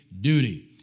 duty